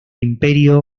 imperio